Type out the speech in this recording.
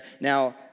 Now